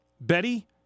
Betty